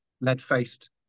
lead-faced